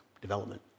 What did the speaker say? development